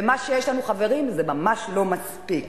ומה שיש לנו, חברים, זה ממש לא מספיק.